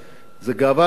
זו גאווה לאומית